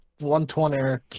120